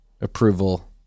approval